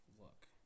look